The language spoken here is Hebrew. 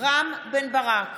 רם בן ברק,